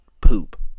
poop